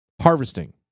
harvesting